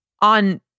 on